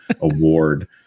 award